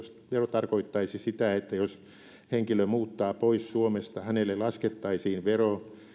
tarkoittaisi sitä että jos henkilö muuttaa pois suomesta hänelle laskettaisiin vero